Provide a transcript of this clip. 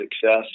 success